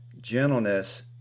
gentleness